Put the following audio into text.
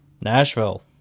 Nashville